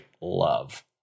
love